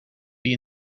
wie